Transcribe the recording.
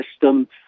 system